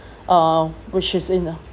uh which is in a